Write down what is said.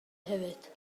hefyd